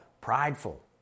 prideful